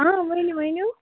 ہاں ؤنِو ؤنِو